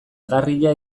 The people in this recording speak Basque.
egarria